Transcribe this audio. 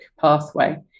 pathway